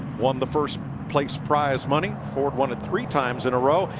won the first place prize money. ford won it three times in a row.